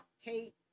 hate